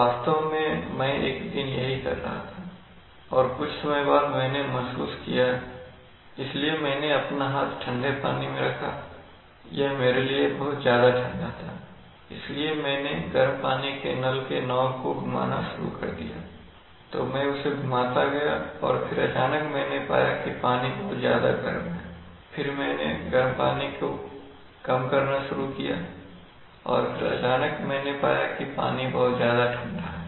वास्तव में मैं एक दिन यही कर रहा था और कुछ समय बाद मैंने महसूस किया इसलिए मैंने अपना हाथ ठंडे पानी में रखा यह मेरे लिए बहुत ज्यादा ठंडा था इसलिए मैंने गर्म पानी के नल के नॉब को घुमाना शुरु कर दियातो मैं उसे घुमाता गया और फिर अचानक मैंने पाया कि पानी बहुत ज्यादा गर्म है और फिर मैंने गर्म पानी को कम करना शुरू किया और फिर अचानक मैंने पाया कि पानी बहुत ज्यादा ठंडा है